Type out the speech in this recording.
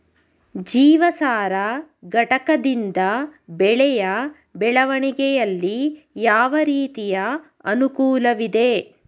ಜೀವಸಾರ ಘಟಕದಿಂದ ಬೆಳೆಯ ಬೆಳವಣಿಗೆಯಲ್ಲಿ ಯಾವ ರೀತಿಯ ಅನುಕೂಲವಿದೆ?